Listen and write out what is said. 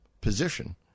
position